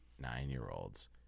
nine-year-olds